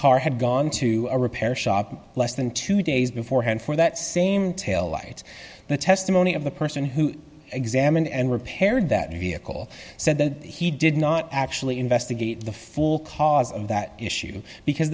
car had gone to a repair shop less than two days beforehand for that same tail light the testimony of the person who examined and repaired that vehicle said that he did not actually investigate the full cause of that issue because